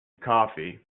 coffee